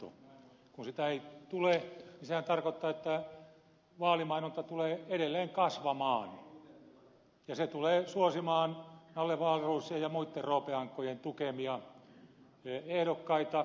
kun sitä ei tule niin sehän tarkoittaa että vaalimainonta tulee edelleen kasvamaan ja se tulee suosimaan nalle wahlroosin ja muitten roopeankkojen tukemia ehdokkaita